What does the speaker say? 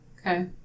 Okay